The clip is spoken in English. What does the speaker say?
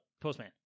Postman